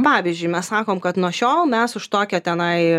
pavyzdžiui mes sakom kad nuo šiol mes už tokią tenai